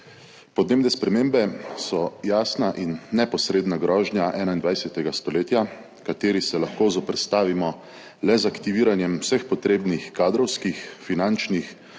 Podnebne spremembe so jasna in neposredna grožnja 21. stoletja, ki se jim lahko zoperstavimo le z aktiviranjem vseh potrebnih kadrovskih, finančnih,